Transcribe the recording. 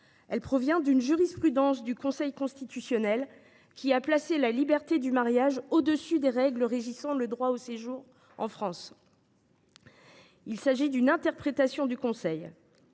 civil, mais d’une jurisprudence du Conseil constitutionnel qui a placé la liberté du mariage au dessus des règles régissant le droit au séjour en France. Il s’agit d’une interprétation du Conseil